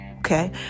Okay